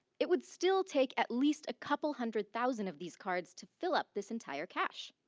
it would still take at least a couple hundred thousand of these cards to fill up this entire cache.